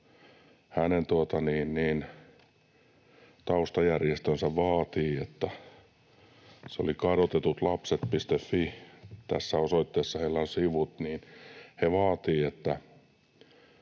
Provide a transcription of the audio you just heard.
hänen taustajärjestönsä — se oli kadotetutlapset.fi, tässä osoitteessa heillä on sivut — vaativat, että